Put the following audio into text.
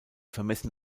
vermessen